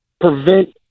prevent